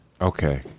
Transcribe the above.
Okay